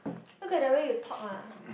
look at the way you talk lah